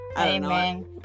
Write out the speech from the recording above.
Amen